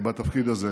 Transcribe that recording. בתפקיד הזה.